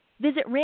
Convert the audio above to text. Visit